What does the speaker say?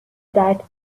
diet